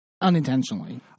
unintentionally